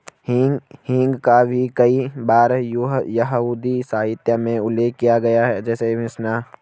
हींग का भी कई बार यहूदी साहित्य में उल्लेख किया गया है, जैसे मिशनाह